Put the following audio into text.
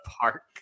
park